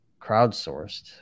crowdsourced